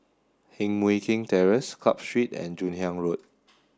Heng Mui Keng Terrace Club Street and Joon Hiang Road